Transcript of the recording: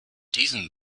diesen